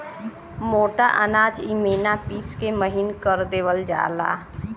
मोटा अनाज इमिना पिस के महीन कर देवल जाला